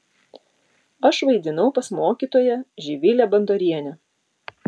aš vaidinau pas mokytoją živilę bandorienę